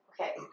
okay